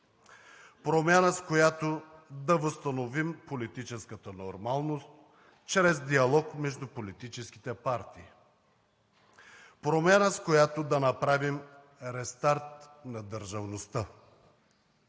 Промяна, с която да възстановим политическата нормалност чрез диалог между политическите партии. Промяна, с която да направим рестарт на държавността.